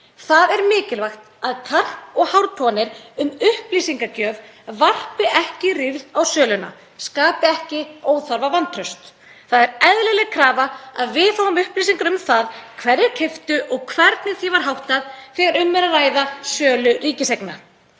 Það er mikilvægt að karp og hártoganir um upplýsingagjöf varpi ekki rýrð á söluna, skapi ekki óþarfa vantraust. Það er eðlileg krafa að við fáum upplýsingar um það hverjir keyptu og hvernig því var háttað þegar um er að ræða sölu ríkiseigna.